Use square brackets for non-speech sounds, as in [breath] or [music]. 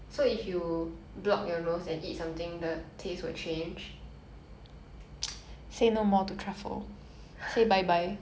[breath] mm ya but I mean I will still be able to taste it's just that it will change slightly I don't know